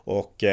och